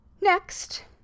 Next